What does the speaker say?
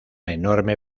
enorme